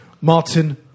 Martin